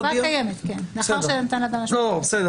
החובה קיימת, כן, לאחר שניתן לאדם --- בסדר.